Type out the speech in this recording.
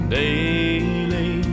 daily